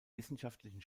wissenschaftlichen